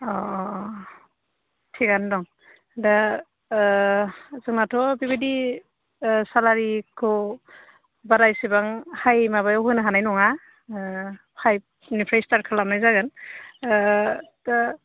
अ अ थिकआनो दं दा जोंहाथ' बेबायदि सेलारिखौ बारा एसेबां हाइ माबायाव होनो हानाय नङा फाइभनिफ्राय स्टार्ट खालामनाय जागोन दा